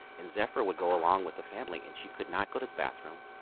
and zephyr would go along with the family. and she could not go to the bathroom,